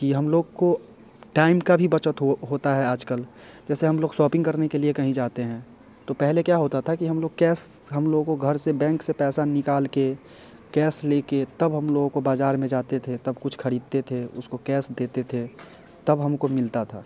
कि हम लोग को टाइम का भी बचत होता है आज कल जैसे हम लोग शॉपिंग करने के लिए कहीं जाते हैं तो पहले क्या होता था कि हम लोग कैश हम लोगों को घर से बैंक से पैसा निकाल के कैश ले कर तब हम लोगों को बाज़ार में जाते थे तब कुछ ख़रीदते थे उसको कैश देते थे तब हम को मिलता था